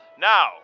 Now